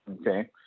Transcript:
okay